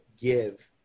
give